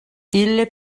ille